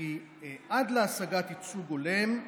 וכי עד להשגת ייצוג הולם,